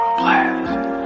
blast